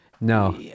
No